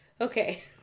Okay